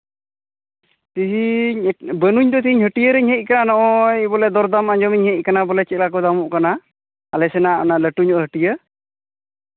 ᱛᱮᱦᱤᱧ ᱵᱟᱹᱱᱩᱧ ᱫᱚ ᱛᱮᱦᱤᱧ ᱦᱟᱹᱴᱤᱭᱟᱹ ᱨᱤᱧ ᱦᱮᱡ ᱟᱠᱟᱱ ᱱᱚᱜᱼᱚᱭ ᱵᱚᱞᱮ ᱫᱚᱨᱫᱟᱢ ᱟᱸᱡᱚᱢ ᱤᱧ ᱦᱮᱡ ᱟᱠᱟᱱᱟ ᱵᱚᱞᱮ ᱪᱮᱫ ᱞᱮᱠᱟ ᱠᱚ ᱫᱟᱢᱚᱜ ᱠᱟᱱᱟ ᱟᱞᱮ ᱥᱮᱱᱟᱜ ᱚᱱᱟ ᱞᱟᱹᱴᱩ ᱧᱚᱜ ᱦᱟᱹᱴᱤᱭᱟᱹ